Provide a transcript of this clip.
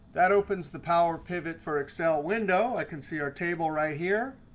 that opens the power pivot for excel window. i can see our table right here.